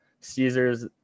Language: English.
caesar's